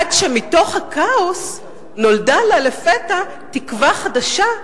עד שמתוך הכאוס נולדה לפתע תקווה חדשה,